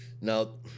now